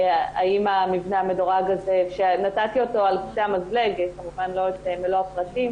האם המבנה המדורג הזה שנתתי אותו על קצה המזלג כמובן ללא הפרטים